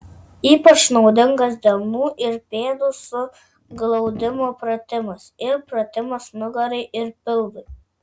ypač naudingas delnų ir pėdų suglaudimo pratimas ir pratimas nugarai ir pilvui